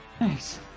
Nice